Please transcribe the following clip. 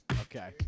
Okay